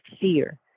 fear